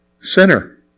Sinner